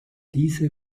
diese